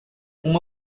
uma